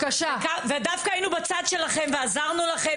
ודווקא היינו בצד שלכם ועזרנו לכם,